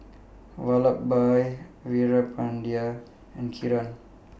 Vallabhbhai Veerapandiya and Kiran